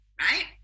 right